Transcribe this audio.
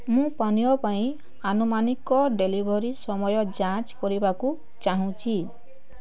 ମୁଁ ପାନୀୟ ପାଇଁ ଆନୁମାନିକ ଡ଼େଲିଭରି ସମୟ ଯାଞ୍ଚ କରିବାକୁ ଚାହୁଁଛି